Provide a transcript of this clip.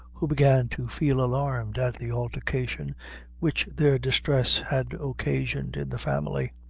who began to feel alarmed at the altercation which their distress had occasioned in the family.